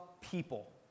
people